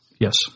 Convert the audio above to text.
yes